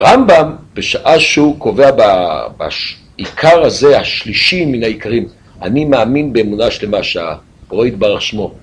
הרמב״ם, בשעה שהוא קובע בעיקר הזה השלישי מן העיקרים אני מאמין באמונה שלמה שהבורא יתברך שמו